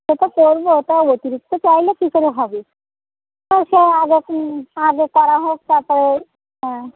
সে তো করবো তা অতিরিক্ত চাইলে কী করে হবে তো সে হবেখন আগে করা হোক তারপরে হ্যাঁ